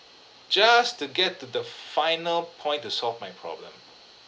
just to get the the final point to solve my problem